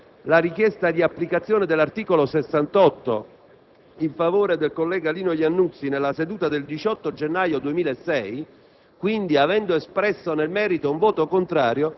pur avendo votato contro la richiesta di applicazione dell'articolo 68 in favore del collega Lino Iannuzzi nella seduta del 18 gennaio 2006